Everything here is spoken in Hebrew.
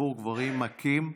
עבור גברים מכים.